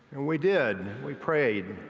and we did. we prayed.